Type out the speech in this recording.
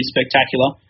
spectacular